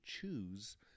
choose